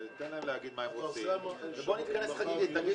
תן להם להגיד מה הם רוצים ובוא נתכנס חגיגית.